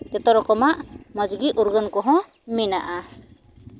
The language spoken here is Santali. ᱡᱚᱛᱚ ᱨᱚᱠᱚᱢᱟᱜ ᱢᱚᱡᱽᱜᱮ ᱩᱨᱜᱟᱹᱱ ᱠᱚᱦᱚᱸ ᱢᱮᱱᱟᱜᱼᱟ